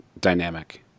dynamic